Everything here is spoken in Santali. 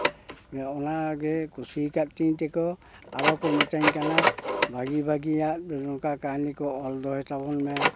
ᱡᱮ ᱚᱱᱟ ᱜᱮ ᱠᱩᱥᱤᱭ ᱠᱟᱫ ᱛᱤᱧ ᱛᱮᱠᱚ ᱟᱨᱚ ᱠᱚ ᱢᱤᱛᱟᱹᱧ ᱠᱟᱱᱟ ᱵᱷᱟᱜᱮ ᱵᱷᱟᱜᱮᱭᱟᱜ ᱱᱚᱝᱠᱟ ᱠᱟᱹᱦᱱᱤ ᱠᱚ ᱚᱞ ᱫᱟᱦᱟᱭ ᱛᱟᱵᱚᱱ ᱢᱮ